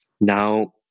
Now